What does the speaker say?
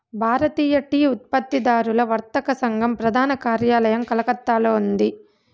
భారతీయ tea ఉత్పత్తిదారుల వర్తక సంఘం ప్రధాన కార్యాలయం కలకత్తాలో ఉంది